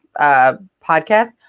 podcast